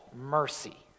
mercy